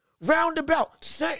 Roundabout